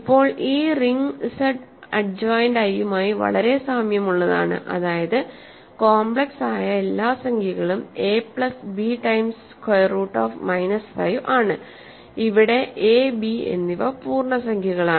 ഇപ്പോൾ ഈ ring Z adjoint i യുമായി വളരെ സാമ്യമുള്ളതാണ് അതായത് കോംപ്ലക്സ് ആയ എല്ലാ സംഖ്യകളും a plus B times square root of minus 5 ആണ് ഇവിടെ a b എന്നിവ പൂർണ്ണസംഖ്യകളാണ്